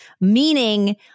Meaning